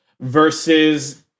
versus